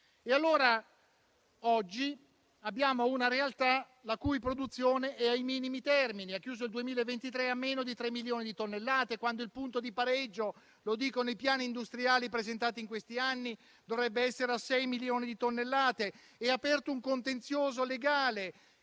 pubblica. Oggi abbiamo una realtà la cui produzione è ai minimi termini, chiudendo il 2023 con meno di tre milioni di tonnellate, quando il punto di pareggio - lo dicono i piani industriali presentati in questi anni - dovrebbe essere a sei milioni di tonnellate, ed ha aperto un contenzioso legale